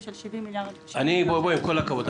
של 70 מיליארד שקל --- עם כל הכבוד,